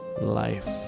life